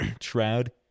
Shroud